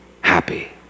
happy